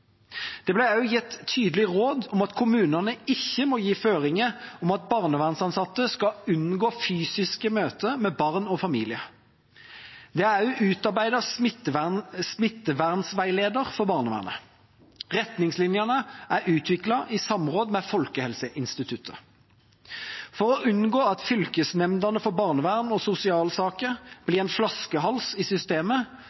ble det også gitt tydelige råd om at kommunene ikke må gi føringer om at barnevernsansatte skal unngå fysiske møter med barn og familier. Det er også utarbeidet en smittevernveileder for barnevernet. Retningslinjene er utviklet i samråd med Folkehelseinstituttet. For å unngå at fylkesnemndene for barnevern og sosialsaker